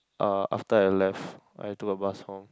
uh after I left I took a bus home